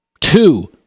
two